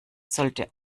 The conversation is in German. sollte